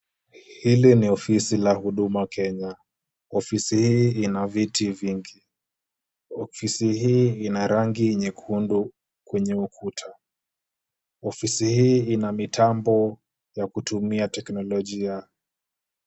Hili ni ofisi la Huduma Kenya. Ofisi hii ina viti vingi. Ofisi hii ina rangi nyekundu kwenye ukuta. Ofisi hii ina mitambo ya kutumia teknolojia.